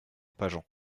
pageant